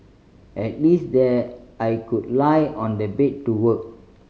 at least there I could lie on the bed to work